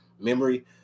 memory